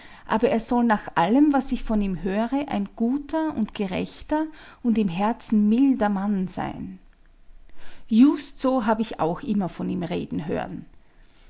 aber er soll nach allem was ich von ihm höre ein guter und gerechter und im herzen milder mann sein just so hab ich auch immer von ihm reden hören